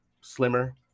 slimmer